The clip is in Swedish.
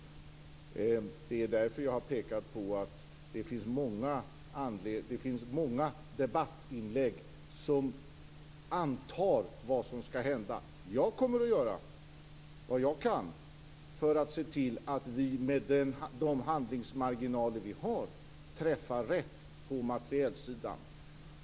Det är därför jag har pekat på att det finns många debattinlägg som antar vad som skall hända. Jag kommer att göra vad jag kan för att se till att vi med de handlingsmarginaler vi har träffa rätt på materielsidan.